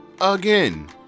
Again